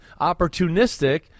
opportunistic